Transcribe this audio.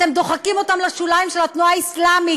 אתם דוחקים אותם לשוליים של התנועה האסלאמית